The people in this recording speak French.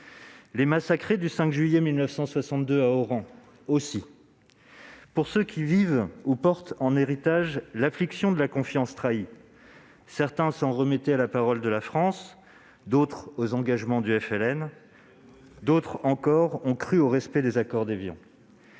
les massacrés à Oran le 5 juillet 1962, pour ceux qui vivent ou portent en héritage l'affliction de la confiance trahie : certains s'en remettaient à la parole de la France, d'autres aux engagements du FLN, d'autres encore ont cru au respect des accords d'Évian.